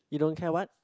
he don't care what